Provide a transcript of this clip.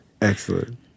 Excellent